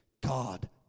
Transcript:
God